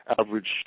average